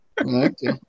Okay